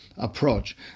approach